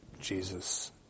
Jesus